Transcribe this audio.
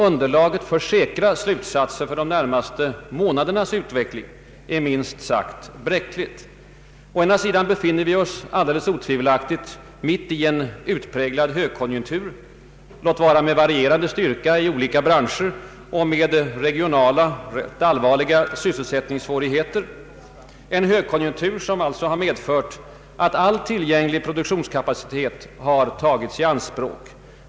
Underlaget för säkra slutsatser om de närmaste månadernas utveckling är minst sagt bräckligt. Å ena sidan befinner vi oss alldeles otvivelaktigt mitt i en utpräglad högkonjunktur, låt vara med varierande styrka i olika branscher och med regionala och ganska allvarliga sysselsättningssvårigheter. Det är en högkonjunktur som har medfört att all tillgänglig produktionskapacitet tagits i anspråk.